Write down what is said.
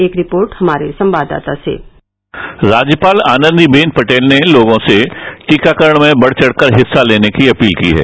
एक रिपोर्ट हमारे संवाददाता से राज्यपाल आनंदीबेन पटेल ने लोगों से टीकाकरण में बढ़ चढ़कर हिस्सा लेने की अपील की है